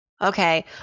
Okay